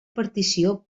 partició